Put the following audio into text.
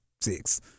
six